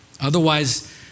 Otherwise